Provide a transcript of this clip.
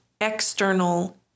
external